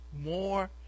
more